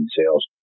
sales